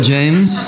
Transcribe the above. James